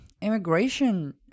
immigration